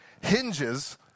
hinges